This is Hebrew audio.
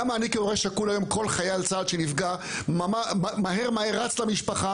למה אני כהורה שכול היום כל חייל צה"ל שנפגע מהר מהר רץ למשפחה,